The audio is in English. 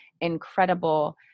incredible